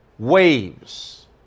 Waves